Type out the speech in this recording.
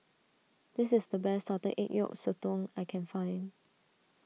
this is the best Salted Egg Yolk Sotong I can find